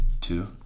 two